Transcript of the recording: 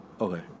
Okay